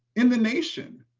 in the nation.